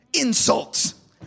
insults